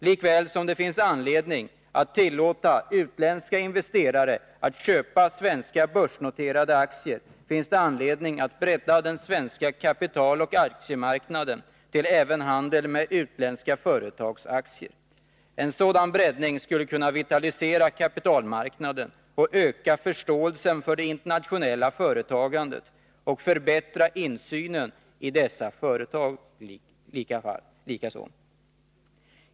Lika väl som det finns anledning att tillåta utländska investerare att köpa svenska börsnoterade aktier finns det anledning att bredda den svenska kapitaloch aktiemarknaden till även handel med utländska företags aktier. En sådan breddning skulle kunna vitalisera kapitalmarknaden, öka förståelsen för internationellt företagande och förbättra insynen i dessa internationella företag.